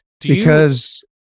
Because-